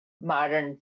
modern